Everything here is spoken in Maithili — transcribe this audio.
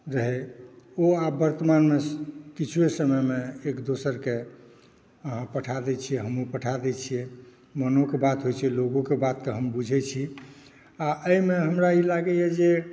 रहै ओ आब वर्तमानमे किछुए समयमे एक दोसरके अहाँ पठाए दै छियै हमहूँ पठाए दै छियै मोनोके बात होइ छै लोगोके बातकेँ हम बुझै छी आ एहिमे हमरा ई लागैया जे